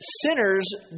sinners